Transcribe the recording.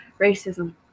racism